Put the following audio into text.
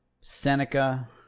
Seneca